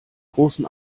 großen